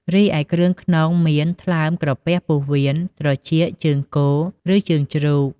រីឯគ្រឿងក្នុងមាន ថ្លើម ក្រពះ ពោះវៀន ត្រចៀក ជើងគោ ឬជើងជ្រូក។